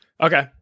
Okay